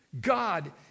God